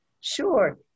Sure